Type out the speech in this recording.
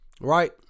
Right